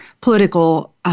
political